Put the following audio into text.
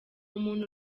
umuntu